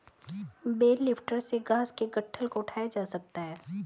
bell lifter से घास के गट्ठल को उठाया जा सकता है